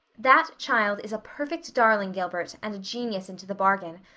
that child is a perfect darling, gilbert, and a genius into the bargain.